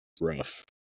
rough